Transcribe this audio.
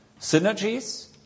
synergies